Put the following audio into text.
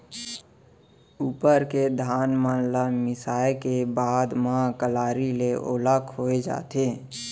उप्पर के धान मन ल मिसाय के बाद म कलारी ले ओला खोय जाथे